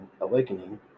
awakening